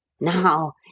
now,